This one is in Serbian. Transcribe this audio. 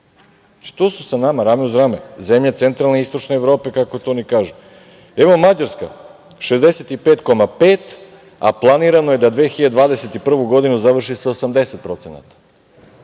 što su sa nama rame uz rame zemlje centrale i istočne Evrope, kako to oni kažu. Evo, Mađarska 65,5%, a planirano je da 2021. godinu završi sa 80%,